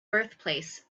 birthplace